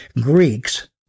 Greeks